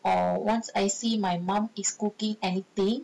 or once I see my mum is cooking anything